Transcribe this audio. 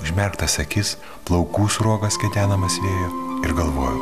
užmerktas akis plaukų sruogas kedenamas vėjo ir galvojau